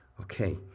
Okay